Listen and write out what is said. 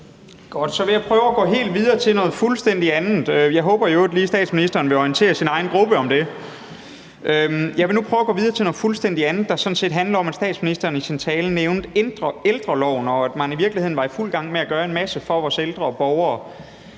Jeg håber i øvrigt lige, statsministeren vil orientere sin egen gruppe om det. Godt, så vil jeg prøve at gå videre til noget fuldstændig andet, der sådan set handler om, at statsministeren i sin tale nævnte ældreloven, og at man virkeligheden var i fuld gang med at gøre en masse for vores ældre borgere.